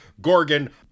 Gorgon